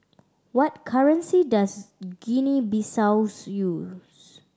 what currency does Guinea Bissaus use